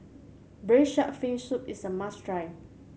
Braised Shark Fin Soup is a must try